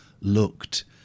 looked